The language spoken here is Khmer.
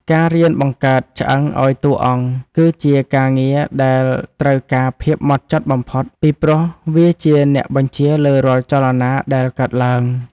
ការរៀនបង្កើតឆ្អឹងឱ្យតួអង្គគឺជាការងារដែលត្រូវការភាពហ្មត់ចត់បំផុត ពីព្រោះវាជាអ្នកបញ្ជាលើរាល់ចលនាដែលកើតឡើង។